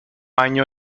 año